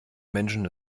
menschen